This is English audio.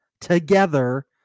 together